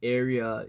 area